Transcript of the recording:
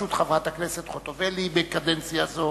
בראשות חברת הכנסת חוטובלי בקדנציה זו.